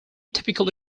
typically